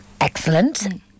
Excellent